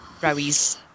Rowies